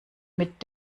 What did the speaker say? mit